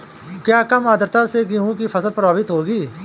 क्या कम आर्द्रता से गेहूँ की फसल प्रभावित होगी?